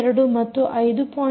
2 ಮತ್ತು 5